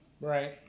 Right